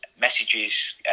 messages